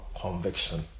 conviction